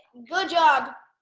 good job,